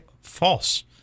false